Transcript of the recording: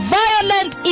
violent